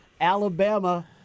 Alabama